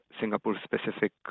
Singapore-specific